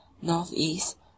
northeast